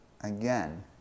again